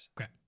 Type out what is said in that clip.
okay